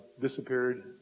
disappeared